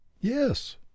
Yes